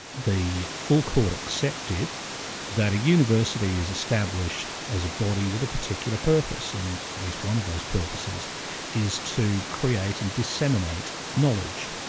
the full court accepted that a university is established as a body with a particular purpose, and at least one of those purposes is to create and disseminate knowledge.